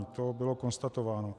To bylo konstatováno.